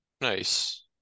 nice